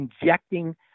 injecting